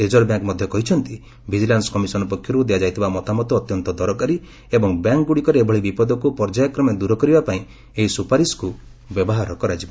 reserve bank ମଧ୍ୟ କହିଛନ୍ତି vigilance commission ପକ୍ଷରୁ ଦିଆଯାଇଥିବା ମତାମତ ଅତ୍ୟନ୍ତ ଦରକାରୀ ଏବଂ ବ୍ୟାଙ୍କ୍ଗୁଡ଼ିକରେ ଏଭଳି ବିପଦକୁ ପର୍ଯ୍ୟାୟକ୍ରମେ ଦୂର କରିବାପାଇଁ ଏହି ସୁପାରିସକୁ ବ୍ୟବହାର କରାଯିବ